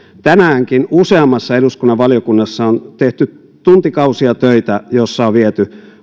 tänäänkin useammassa eduskunnan valiokunnassa on tehty tuntikausia töitä joilla on viety